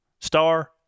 star